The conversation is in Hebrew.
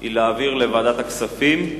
היא להעביר לוועדת הכספים.